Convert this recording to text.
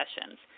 sessions